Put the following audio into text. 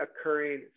occurring